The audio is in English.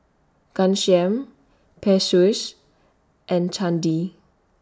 Ghanshyam Peyush and Chandi